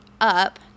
up